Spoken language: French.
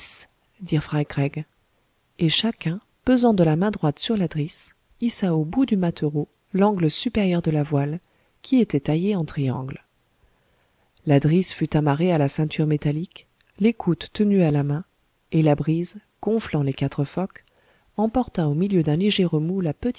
fry craig et chacun pesant de la main droite sur la drisse hissa au bout du mâtereau l'angle supérieur de la voile qui était taillée en triangle la drisse fut amarrée à la ceinture métallique l'écoute tenue à la main et la brise gonflant les quatre focs emporta au milieu d'un léger remous